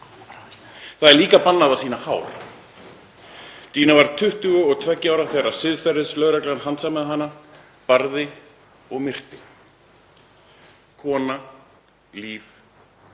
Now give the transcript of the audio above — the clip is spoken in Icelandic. Það er líka bannað að sýna hár. Jina var 22 ára þegar siðferðislögreglan handsamaði hana, barði og myrti. Kona, líf,